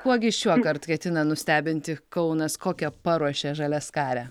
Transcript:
kuo gi šiuokart ketina nustebinti kaunas kokia paruošė žaliaskarę